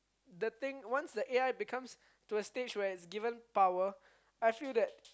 the thing once the A_I becomes to the stage where it's given power I feel that